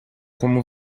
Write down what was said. como